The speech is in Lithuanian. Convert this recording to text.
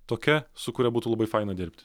tokia su kuria būtų labai faina dirbti